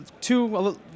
Two